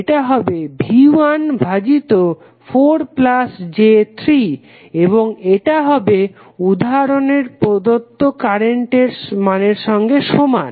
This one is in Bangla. এটা হবে V1 ভাজিত 4 j3 এবং এটা হবে উদাহরণে প্রদত্ত কারেন্টের মানের সঙ্গে সমান